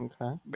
Okay